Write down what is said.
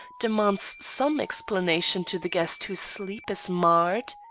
demands some explanation to the guest whose sleep is marred.